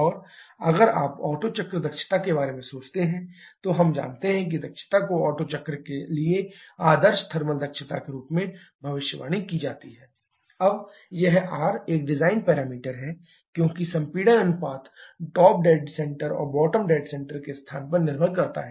और अगर आप ओटो चक्र दक्षता के बारे में सोचते हैं तो हम जानते हैं कि दक्षता को ओटो चक्र के लिए आदर्श थर्मल दक्षता के रूप में भविष्यवाणी की जाती है thotto1 1rk 1 अब यह r एक डिजाइन पैरामीटर है क्योंकि संपीड़न अनुपात टॉप डेड सेंटर और बॉटम डेड सेंटर के स्थान पर निर्भर करता है